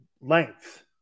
length